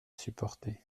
supporter